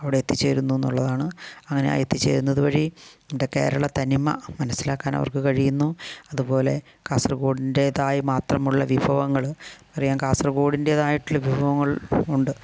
അവിടെ എത്തിച്ചേരുന്നു എന്നുള്ളതാണ് അങ്ങനെ ആ എത്തിച്ചേരുന്നത് വഴി ന്ത കേരള തനിമ മനസ്സിലാക്കാൻ അവർക്ക് കഴിയുന്നു അതുപോലെ കാസർഗോഡിൻറ്റേതായി മാത്രമുള്ള വിഭവങ്ങൾ അറിയാം കാസർഗോഡിൻറ്റേതായിട്ടുള്ള വിഭവങ്ങൾ ഉണ്ട്